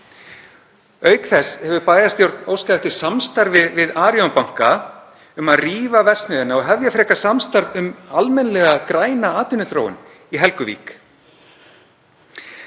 Auk þess hefur bæjarstjórn óskað eftir samstarfi við Arion banka um að rífa verksmiðjuna og hefja frekar samstarf um almennilega græna atvinnuþróun í Helguvík.